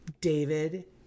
David